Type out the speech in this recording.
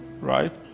Right